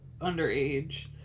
underage